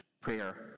Prayer